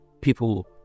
people